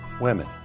women